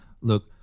look